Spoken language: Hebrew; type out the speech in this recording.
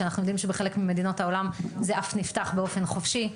אנחנו יודעים שבחלק ממדינות העולם זה אף נפתח באופן חופשי.